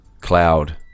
cloud